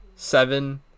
Seven